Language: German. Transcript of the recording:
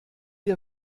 dir